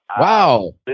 Wow